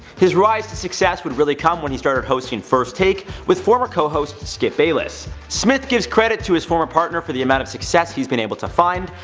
his rise to success would really come when he started hosting first take with former co-host skip bayless. smith gives credit to his former partner for the amount of success he's been able to find,